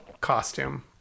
costume